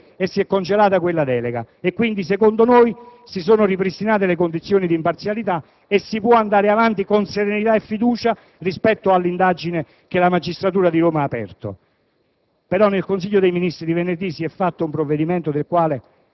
preso atto anche della richiesta che veniva dall'Italia dei Valori e si è congelata quella delega. Secondo noi, si sono, quindi, ripristinate le condizioni di imparzialità e si può andare avanti con serenità e fiducia rispetto all'indagine che la magistratura di Roma ha aperto.